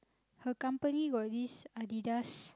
her company got this Adidas